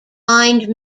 blind